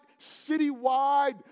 citywide